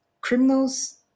criminals